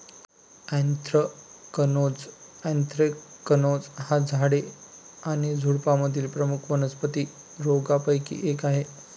anthracnose anthracnose हा झाडे आणि झुडुपांमधील प्रमुख वनस्पती रोगांपैकी एक आहे